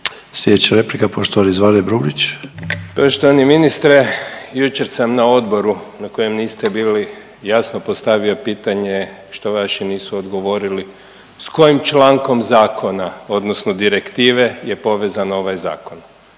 **Brumnić, Zvane (Nezavisni)** Poštovani ministre, jučer sam na odboru na kojem niste bili jasno postavio pitanje što vaši nisu odgovorili sa kojim člankom zakona, odnosno direktive je povezan ovaj zakon?